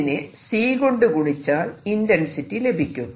ഇതിനെ c കൊണ്ട് ഗുണിച്ചാൽ ഇന്റെൻസിറ്റി ലഭിക്കും